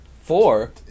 Four